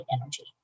energy